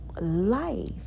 life